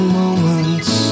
moments